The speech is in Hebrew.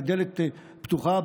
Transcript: לדלת פתוחה,